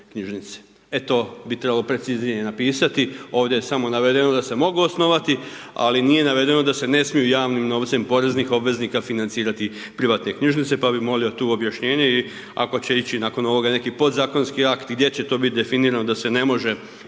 to bi trebalo preciznije napisati, ovdje je samo navedeno da se mogu osnovati, ali nije navedeno da se ne smiju javnim novcem poreznih obveznika financirati privatne knjižnice, pa bih molio tu objašnjenje i ako će ići nakon ovoga neki podzakonski akt gdje će to biti definirano da se ne može